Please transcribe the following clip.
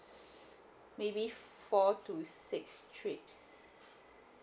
maybe four to six trips